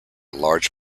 large